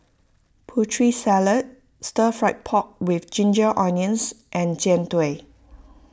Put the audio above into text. Putri Salad Stir Fry Pork with Ginger Onions and Jian Dui